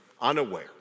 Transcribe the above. unaware